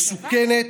מסוכנת,